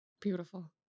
Beautiful